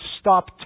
stop